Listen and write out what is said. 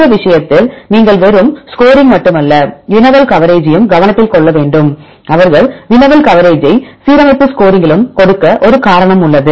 இந்த விஷயத்தில் நீங்கள் வெறும் ஸ்கோரிங் மட்டுமல்ல வினவல் கவரேஜையும் கவனத்தில் கொள்ள வேண்டும் அவர்கள் வினவல் கவரேஜை சீரமைப்பு ஸ்கோரிங்களிலும் கொடுக்க ஒரு காரணம் உள்ளது